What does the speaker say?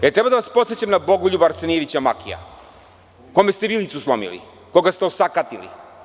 Da li treba da vas podsećam na Bogoljuba Arsenijevića Makija, kome ste vilicu slomili, koga ste osakatili?